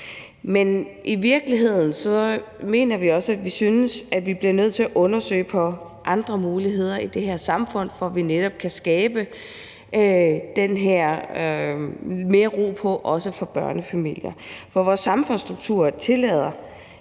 for. I virkeligheden mener vi også, at vi bliver nødt til at undersøge andre muligheder i det her samfund, for at vi netop kan sørge for, at der kommer mere ro på, også for børnefamilier. For vores samfundsstrukturer tillader